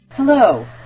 Hello